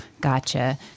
Gotcha